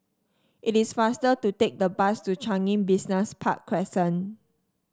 it is faster to take the bus to Changi Business Park Crescent